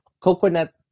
coconut